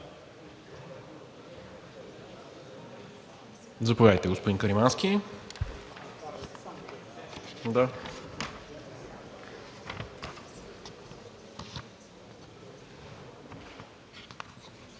Заповядайте, господин Каримански.